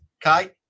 Kai